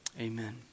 Amen